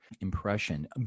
impression